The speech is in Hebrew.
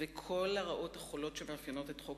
וכל הרעות החולות שמאפיינות את חוק